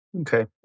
Okay